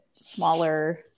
smaller